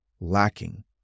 lacking